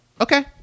okay